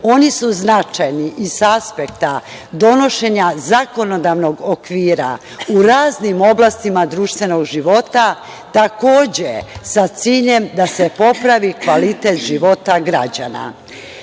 Oni su značajni i sa aspekta donošenja zakonodavnog okvira u raznim oblastima društvenog života, takođe sa ciljem da se popravi kvalitet života građana. Moram